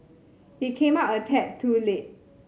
it came out a tad too late